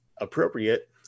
appropriate